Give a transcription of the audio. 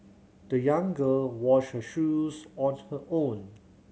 the young girl washed her shoes on her own